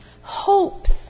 hopes